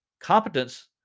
Competence